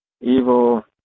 evil